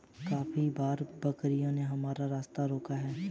काफी बार बकरियों ने हमारा रास्ता रोका है